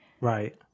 right